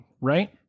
right